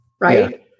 right